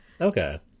Okay